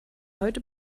heute